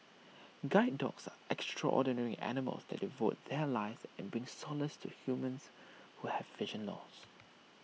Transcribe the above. guide dogs are extraordinary animals that devote their lives and bring solace to humans who have vision loss